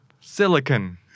silicon